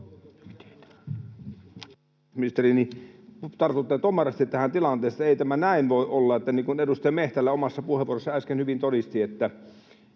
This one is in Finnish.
oikeusministeri, nyt tartutte tomerasti tähän tilanteeseen. Ei tämä näin voi olla. Niin kuin edustaja Mehtälä omassa puheenvuorossaan äsken hyvin todisti, nämä